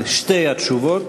על שתי התשובות.